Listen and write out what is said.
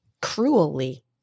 Cruelly